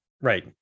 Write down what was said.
right